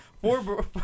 Four